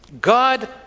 God